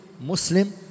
Muslim